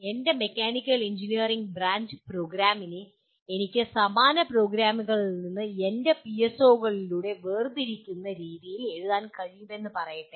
എന്റെ mechanical engineering branch പ്രോഗ്രാമിനെ എനിക്ക് സമാന പ്രോഗ്രാമുകളിൽ നിന്ന് എന്റെ പിഎസ്ഒകളിലൂടെ വേർതിരിക്കുന്ന രീതിയിൽ എഴുതാൻ കഴിയുമെന്ന് പറയട്ടെ